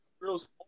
girl's